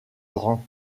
grand